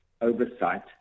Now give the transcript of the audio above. Oversight